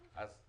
אני